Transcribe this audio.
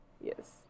Yes